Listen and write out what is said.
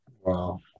Wow